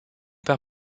père